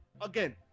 Again